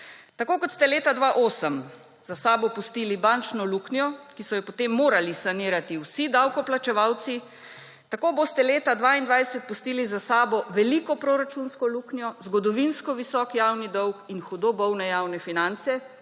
Tako kot ste leta 2008 za sabo pustili bančno luknjo, ki so jo potem morali sanirati vsi davkoplačevalci, tako boste leta 2022 pustili za sabo veliko proračunsko luknjo, zgodovinsko visok javni dolg in hudo bolne javne finance,